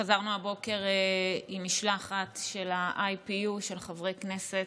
חזרנו הבוקר עם משלחת של ה-IPU, של חברי כנסת.